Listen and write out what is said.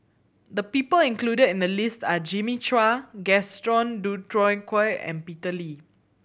the people included in the list are Jimmy Chua Gaston Dutronquoy and Peter Lee